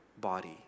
body